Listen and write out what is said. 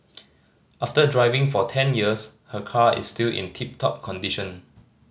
after driving for ten years her car is still in tip top condition